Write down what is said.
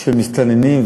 של מסתננים,